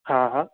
हा हा